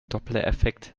dopplereffekt